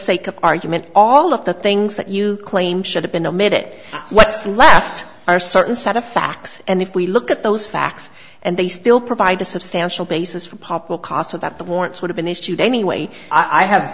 sake of argument all of the things that you claim should have been made it what's left are certain set of facts and if we look at those facts and they still provide a substantial basis for pop will cost so that the warrants would have been issued anyway i have